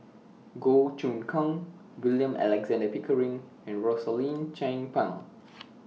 Goh Choon Kang William Alexander Pickering and Rosaline Chan Pang